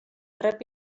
rep